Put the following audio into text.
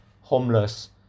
homeless